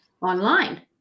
online